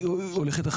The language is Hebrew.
יכול להיות שזה